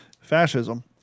fascism